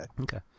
Okay